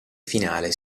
finale